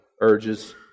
urges